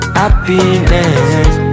happiness